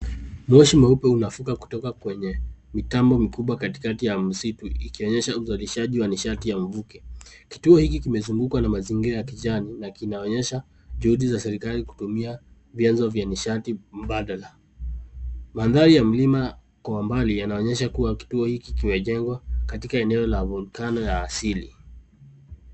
Moshi mweupe unafuka kutoka kwenye mtambo mkubwa katikati ya msitu ikionyesha uzalishaji wa nishati ya mvuke. Kituo hiki kimezungukwa na mazingira ya kijani na kinaonyesha juhudi za serikali kutumia vyanzo vya nishati mbadala. Mandhari ya mlima kwa mbali yanaonyesha kuwa kituo hiki kimejengwa katika eneo la volkano ya asili.